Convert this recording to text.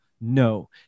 No